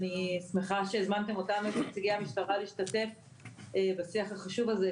אני שמחה שהזמנתם אותנו כנציגי המשטרה להשתתף בשיח החשוב הזה,